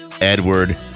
Edward